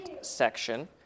section